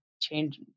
change